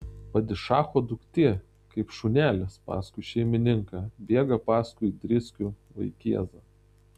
padišacho duktė kaip šunelis paskui šeimininką bėga paskui driskių vaikėzą